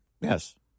Yes